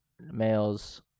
males